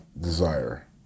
desire